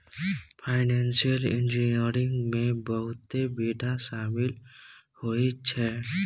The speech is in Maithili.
फाइनेंशियल इंजीनियरिंग में बहुते विधा शामिल होइ छै